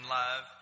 love